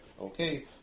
Okay